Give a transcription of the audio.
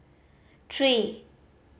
three